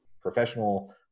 professional